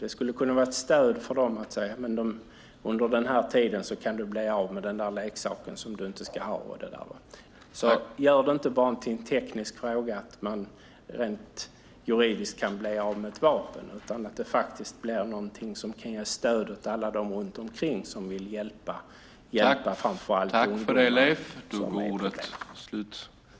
Det skulle kunna vara ett stöd för dem att säga: Under den här tiden kan du bli av men den där leksaken som du inte ska ha. Gör inte bara amnestin till en teknisk fråga om att man rent juridiskt kan bli av med ett vapen, utan se till att amnestin blir något som kan ge stöd åt alla runt omkring som vill hjälpa framför allt ungdomar!